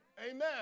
Amen